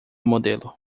modelo